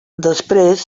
després